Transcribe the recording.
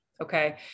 Okay